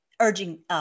urging